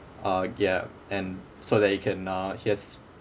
uh ya and so that he can uh he has